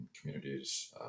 communities